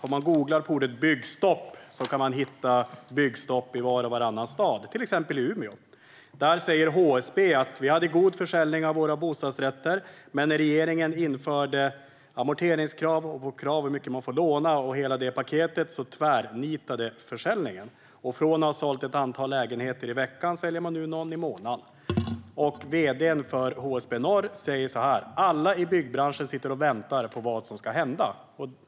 Om man googlar på ordet "byggstopp" kan man hitta byggstopp i var och varannan stad, till exempel i Umeå. Där säger HSB att de hade en god försäljning av sina bostadsrätter, men när regeringen införde amorteringskrav, krav på hur mycket man får låna och hela det paketet tvärnitade försäljningen. Från att ha sålt ett antal lägenheter i veckan säljer man nu någon i månaden. Vd:n för HSB Norr säger att "alla i byggbranschen sitter och väntar på vad som ska hända".